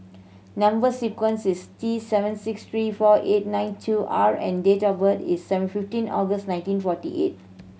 number sequence is T seven six three four eight nine two R and date of birth is seven fifteen August nineteen forty eight